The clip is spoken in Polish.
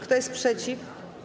Kto jest przeciw?